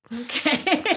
Okay